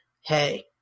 Hey